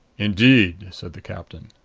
indeed! said the captain.